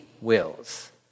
wills